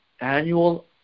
annual